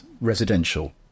residential